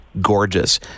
gorgeous